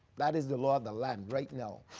that is the law of the land right now.